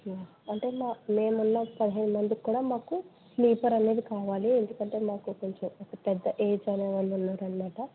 అంటే మేము ఉన్న పదిహేను మందికి కూడా మాకు స్లీపర్ అనేది కావాలి ఎందుకంటే మాకు కొంచెం ఒక పెద్ద ఏజ్ అనే వాళ్ళు ఉన్నారు అన్నమాట